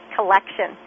Collection